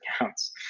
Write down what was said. accounts